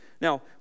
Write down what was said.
Now